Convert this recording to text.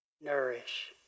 nourish